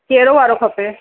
कहिड़ो वारो खपे